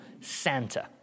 Santa